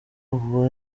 ubu